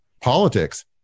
politics